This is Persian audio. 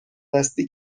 دستی